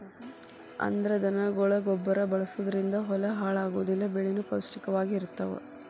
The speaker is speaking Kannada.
ಅಂದ್ರ ದನಗೊಳ ಗೊಬ್ಬರಾ ಬಳಸುದರಿಂದ ಹೊಲಾ ಹಾಳ ಆಗುದಿಲ್ಲಾ ಬೆಳಿನು ಪೌಷ್ಟಿಕ ವಾಗಿ ಇರತಾವ